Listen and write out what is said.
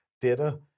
data